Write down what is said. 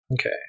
Okay